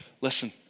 listen